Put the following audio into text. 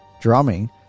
drumming